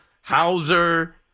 Hauser